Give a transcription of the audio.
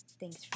Thanks